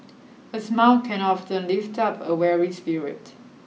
a smile can often lift up a weary spirit